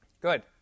Good